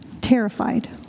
terrified